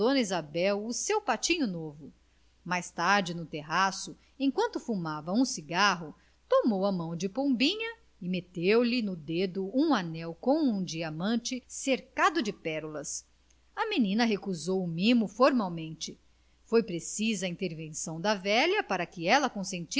isabel o seu papatinho novo mais tarde no terraço enquanto fumava um cigarro tomou a mão de pombinha e meteu-lhe no dedo um anel com um diamante cercado de pérolas a menina recusou o mimo formalmente foi preciso a intervenção da velha para que ela consentisse